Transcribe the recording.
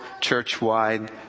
church-wide